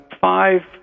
five